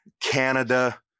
Canada